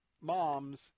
moms